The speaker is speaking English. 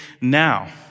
now